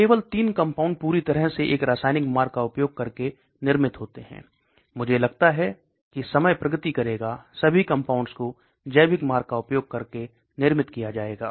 केवल 3 कंपाउंड पूरी तरह से एक रासायनिक मार्ग का उपयोग करके निर्मित होते हैं मुझे लगता है कि समय प्रगति करेगा सभी कंपाउंड्स को जैविक मार्ग का उपयोग करके निर्मित किया जायेगा